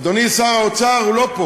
אדוני שר האוצר לא נמצא פה,